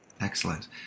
Excellent